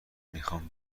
میخوام